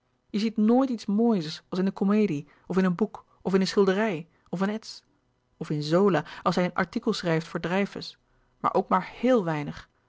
je ziet nooit iets moois als in de komedie of in een boek of in een schilderij of een ets of in zola als hij een artikel schrijft voor dreyfus maar ook maar heel weinig